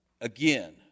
again